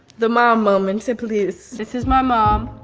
the mom moment typically is. this is my mom.